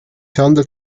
handelt